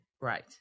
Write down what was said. right